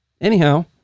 anyhow